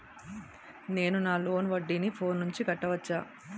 నేను నా లోన్ వడ్డీని ఫోన్ నుంచి కట్టవచ్చా?